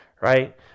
right